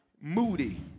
moody